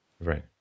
Right